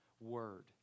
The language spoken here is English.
Word